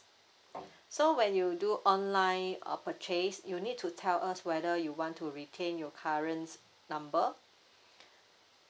so when you do online uh purchase you need to tell us whether you want to retain your current number